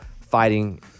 fighting